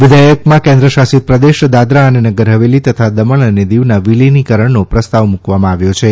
વિઘેથકમાં કેન્દ્રશાસિત પ્રદેશ દાદરા અને નગરહવેલી તથા દમણ અને દીવના વિલીનીકરણનો પ્રસ્તાવ મૂકવામાં આવ્યો છે